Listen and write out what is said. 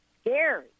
scary